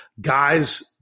guys